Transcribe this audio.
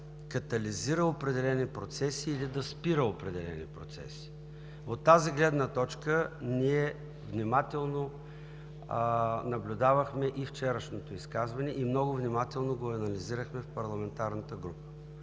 катализира определени процеси или да спира определени процеси. От тази гледна точка ние внимателно наблюдавахме вчерашното изказване и много внимателно го анализирахме в парламентарната група.